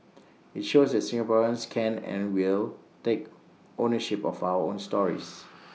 IT shows that Singaporeans can and will take ownership of our own stories